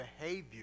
behavior